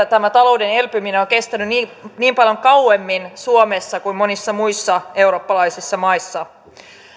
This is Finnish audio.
tämä talouden elpyminen on kestänyt niin niin paljon kauemmin suomessa kuin monissa muissa eurooppalaisissa maissa